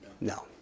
No